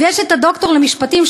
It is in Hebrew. ויש הדוקטור למשפטים,